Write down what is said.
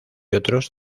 otros